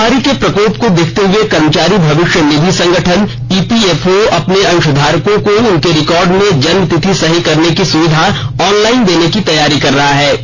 महामारी के प्रकोप को देखते हुए कर्मचारी भविष्य निधि संगठन ईपीएफओ अपने अंशघारकों को उनके रिकार्ड में जन्म तिथि सही करने की सुविधा ऑनलाइन देने की तैयारी कर रहा है